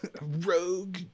rogue